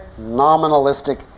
nominalistic